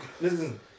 listen